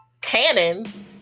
cannons